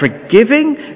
forgiving